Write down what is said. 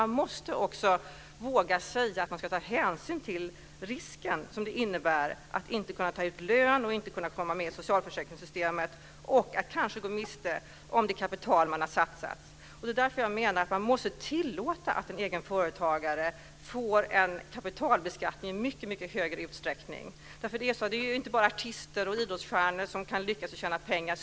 Man måste också våga säga att hänsyn ska tas till den risk som det innebär att inte kunna ta ut lön och att inte komma med i socialförsäkringssystemet samt kanske risken att gå miste om satsat kapital. Det är därför som jag menar att man måste tillåta att en egen företagare i mycket större utsträckning får kapitalbeskattning. Det är ju inte bara artister och idrottsstjärnor som kan lyckas tjäna pengar.